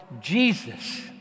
Jesus